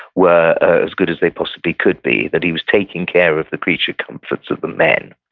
were as good as they possibly could be. that he was taking care of the creature comforts of the men.